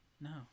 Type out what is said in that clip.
No